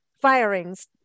firings